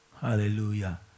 hallelujah